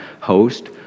host